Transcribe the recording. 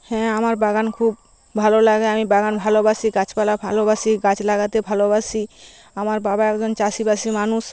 হ্যাঁ আমার বাগান খুব ভালো লাগে আমি বাগান ভালোবাসি গাছপালা ভালোবাসি গাছ লাগাতে ভালোবাসি আমার বাবা একজন চাষিবাসী মানুষ